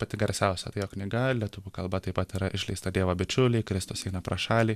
pati garsiausia tai jo knyga lietuvių kalba taip pat yra išleista dievo bičiuliai kristus eina pro šalį